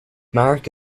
marek